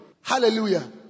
Hallelujah